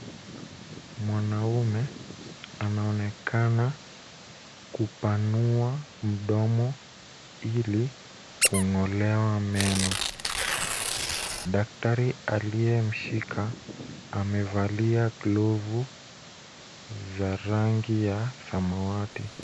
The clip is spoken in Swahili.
Mwanaume anaonekana kupanua mdomo ili kungolewa meno. Daktari aliye mshika amevalia glavu za rangi ya smawati.